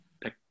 pick